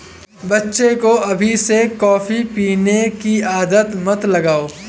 बच्चे को अभी से कॉफी पीने की आदत मत लगाओ